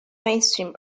mainstream